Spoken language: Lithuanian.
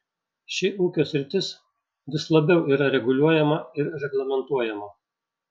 ši ūkio sritis vis labiau yra reguliuojama ir reglamentuojama